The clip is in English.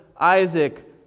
Isaac